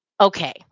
okay